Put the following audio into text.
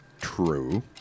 True